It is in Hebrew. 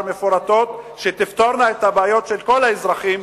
מפורטות שתפתורנה את הבעיות של כל האזרחים,